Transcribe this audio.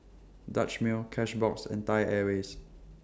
Dutch Mill Cashbox and Thai Airways